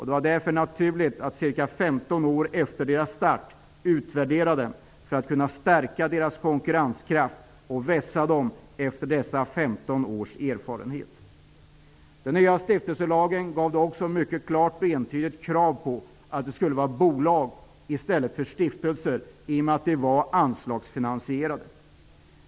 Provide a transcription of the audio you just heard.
Det är därför naturligt att ca 15 år efter deras start utvärdera dem för att kunna stärka deras konkurrenskraft och vässa dem efter dessa 15 års erfarenhet. I den nya stiftelselagen finns också ett mycket klart och entydigt krav på att det skulle vara bolag i stället för stiftelser i och med att de var anslagsfinasierade.